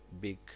big